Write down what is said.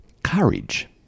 courage